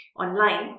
online